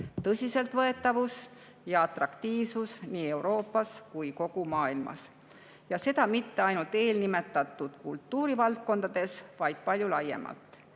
tõsiseltvõetavus ja atraktiivsus nii Euroopas kui kogu maailmas. Ja seda mitte ainult eelnimetatud kultuurivaldkondades, vaid palju laiemalt.